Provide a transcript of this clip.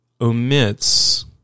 omits